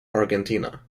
argentina